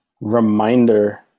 reminder